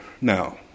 now